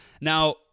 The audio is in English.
Now